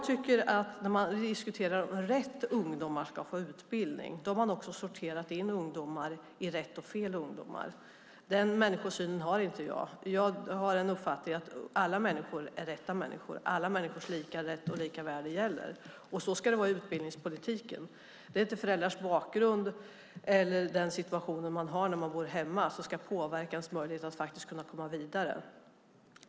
När man diskuterar att rätt ungdomar ska få utbildning har man sorterat in ungdomar i rätt och fel ungdomar. Den människosynen har inte jag. Jag har den uppfattningen att alla människor är rätta människor och att alla människors rätt och lika värde gäller. Så ska det vara i utbildningspolitiken. Det är inte föräldrars bakgrund eller den situation ungdomar har när de bor hemma som ska påverka deras möjlighet att komma vidare.